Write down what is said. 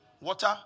water